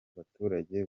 baturage